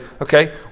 okay